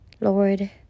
Lord